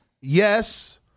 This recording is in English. Yes